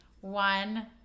one